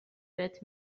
بهت